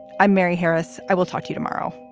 i'm mary harris. i will talk to you tomorrow